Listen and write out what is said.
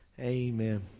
Amen